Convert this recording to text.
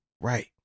right